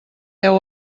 deu